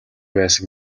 байсан